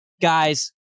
guys